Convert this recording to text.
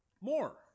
more